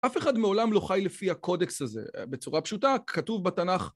אף אחד מעולם לא חי לפי הקודקס הזה, בצורה פשוטה כתוב בתנ״ך